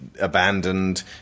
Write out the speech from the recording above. abandoned